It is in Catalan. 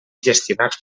gestionats